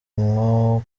nko